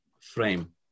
frame